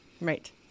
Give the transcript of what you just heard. Right